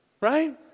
Right